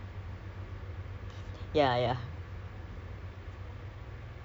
macam ugh malas ah it's better to do face to face ah you know like lincah can just